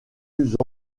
plus